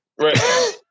right